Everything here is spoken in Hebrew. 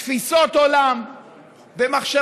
תפיסות עולם ומחשבות